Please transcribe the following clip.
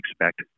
expect